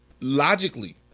logically